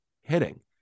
hitting